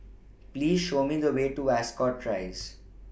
Please Show Me The Way to Ascot Rise